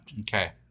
Okay